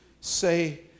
say